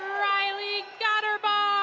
riley katterbarm.